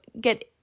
get